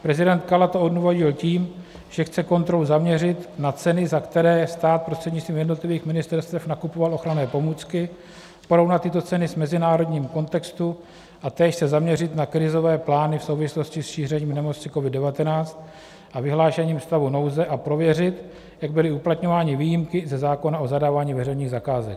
Prezident Kala to odůvodnil tím, že chce kontrolu zaměřit na ceny, za které stát prostřednictvím jednotlivých ministerstev nakupoval ochranné pomůcky, porovnat tyto ceny v mezinárodním kontextu a též se zaměřit na krizové plány v souvislosti s šířením nemoci COVID19, vyhlášením stavu nouze a prověřit, jak byly uplatňovány výjimky ze zákona o zadávání veřejných zakázek.